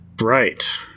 Right